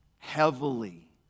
heavily